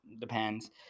depends